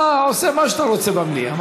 אתה עושה מה שאתה רוצה במליאה.